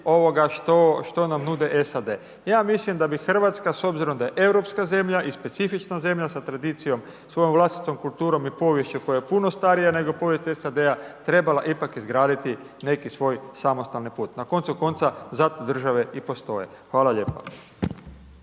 što nam nudi SAD. Ja mislim da bi Hrvatska s obzirom da je europska zemlja i specifična zemlja sa tradicijom, svojom vlastitom kulturom i poviješću koja je puno starija nego povijest SAD-a trebala ipak izgraditi neki svoj samostalni put. Na koncu konca zato države i postoje. Hvala lijepa.